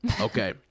okay